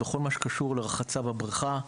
בכל מה שקשור לרחצה בבריכה,